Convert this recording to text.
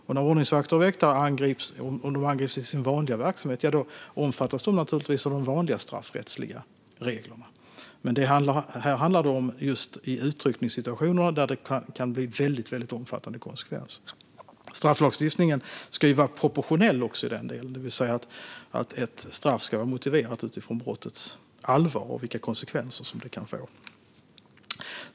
Om ordningsvakter och väktare angrips i sin vanliga verksamhet omfattas de naturligtvis av de vanliga straffrättsliga reglerna, men här handlar det om just utryckningssituationer där det kan bli omfattande konsekvenser. Strafflagstiftningen ska ju vara proportionell, det vill säga att ett straff ska vara motiverat utifrån brottets allvar och vilka konsekvenser det kan få.